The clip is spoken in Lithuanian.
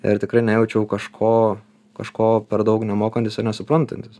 ir tikrai nejaučiau kažko kažko per daug nemokantis ir nesuprantantis